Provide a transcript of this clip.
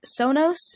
Sonos